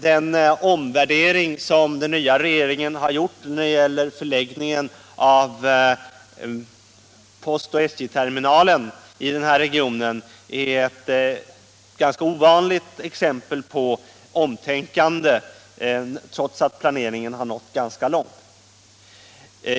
Den omvärdering som den nya = statliga arbetsplatregeringen har gjort när det gäller förläggningen av postens och SJ:s = ser inom Stockterminal i denna region är ett ganska ovanligt exempel på omtänkande = holmsregionen trots att planeringen hade nått ganska långt.